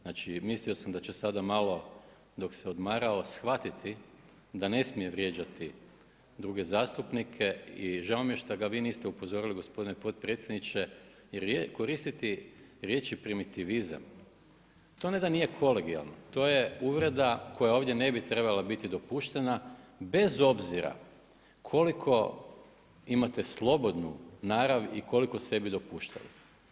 Znači, mislio sad da će sada malo dok se odmarao, shvatiti da ne smije vrijeđati druge zastupnike i žao mije što ga vi niste upozorili gospodine potpredsjedniče jer koristiti riječ primitivizam, to ne da nije kolegijalno, to ej uvreda koja ovdje ne bi trebala biti dopuštena, bez obzira koliko imate slobodnu narav i koliko sebi dopuštaju.